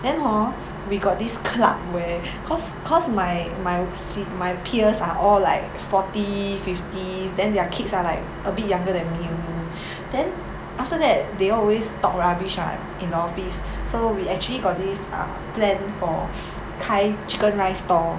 then hor we got this club where because because my my wor~ seat~ my peers are all like forty fifties then their kids are like a bit younger than me only then after that they all always talk rubbish what in the office so we actually got this uh plan for 开 chicken rice stall